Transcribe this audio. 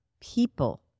people